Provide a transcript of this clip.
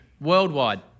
Worldwide